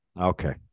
Okay